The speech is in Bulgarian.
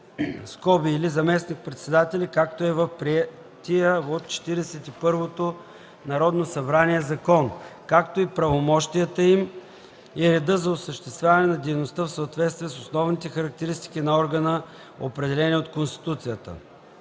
му (или заместник-председатели, както е в приетия от Четиридесет и първото Народно събрание закон), както и правомощията им и реда за осъществяване на дейността, в съответствие с основните характеристики на органа, определени от Конституцията.